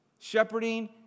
shepherding